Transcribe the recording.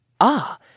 Ah